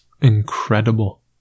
incredible